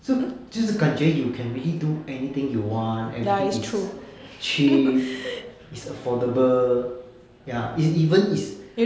就就是感觉 you can really do anything you want everything is cheap is affordable ya is even is